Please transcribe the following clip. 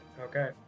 Okay